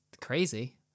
crazy